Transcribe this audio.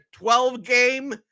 12-game